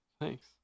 Thanks